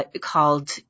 called